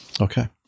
Okay